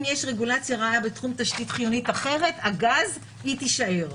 אם יש רגולציה רעה בתחום תשתית חיונית אחרת הגז היא תישאר.